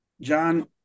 John